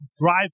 drive